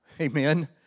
Amen